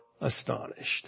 astonished